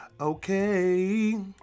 Okay